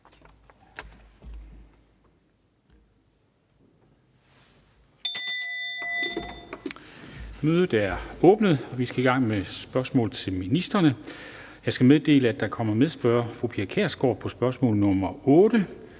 Kristensen): Vi skal i gang med spørgsmål til ministrene. Jeg skal meddele, at der kommer medspørger, fru Pia Kjærsgaard, Dansk Folkeparti,